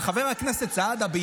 אבל חבר הכנסת סעדה,